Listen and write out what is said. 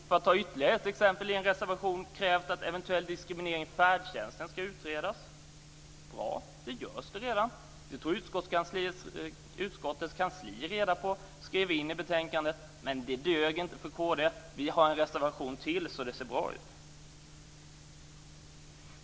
För att ta ytterligare ett exempel har Kristdemokraterna i en reservation krävt att eventuell diskriminering i färdtjänsten ska utredas. Det är bra. Det görs redan. Det tog utskottets kansli reda på och skrev in i betänkandet, men det dög inte för Kristdemokraterna. De har en reservation till för att det ska se bra ut.